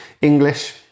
English